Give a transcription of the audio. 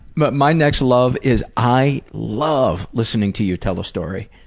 but my next love is i love listening to you tell a story.